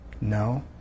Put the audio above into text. No